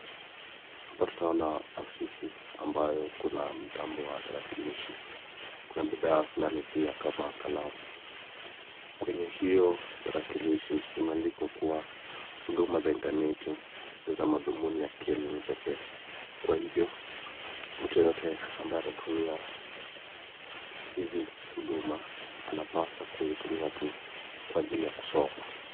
Hapo tunaona ofisi ambayo kuna mtambo wa tarakilishi. Kuna bidhaa flani pia kama kalamu. Kwenye hiyo tarakilishi imeandikwa kuwa 'Huduma za (cs) intaneti(cs) ni za madhumuni ya akili pekee kwa hivyo mtu yeyote ambaye atatumia hizi huduma anapaswa kuzitimia tu kwa ajili ya kusoma'.